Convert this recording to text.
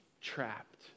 trapped